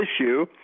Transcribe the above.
issue